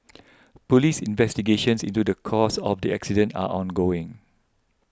police investigations into the cause of the accident are ongoing